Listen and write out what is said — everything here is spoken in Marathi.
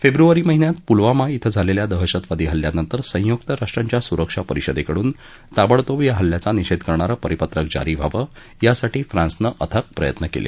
फेब्रुवारी महिन्यात पुलवामा इथं झालेल्या दहशतवादी हल्ल्यानंतर संयुक्त राष्ट्रांच्या सुरक्षा परिषदेकडून ताबडतोब या हल्ल्याचा निषेध करणारं परिपत्रक जारी व्हावं यासाठी फ्रान्सनं अथक प्रयत्न केले